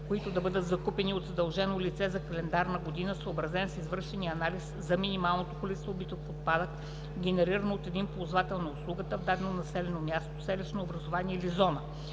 които да бъдат закупени от задължено лице за календарна година, съобразен с извършения анализ за минималното количество битов отпадък, генерирано от един ползвател на услугата в дадено населено място, селищно образувание или зона.